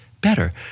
better